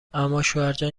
اماشوهرجان